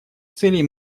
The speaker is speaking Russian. целей